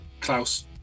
Klaus